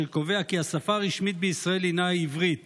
שקובע כי השפה הרשמית בישראל הינה עברית